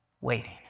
waiting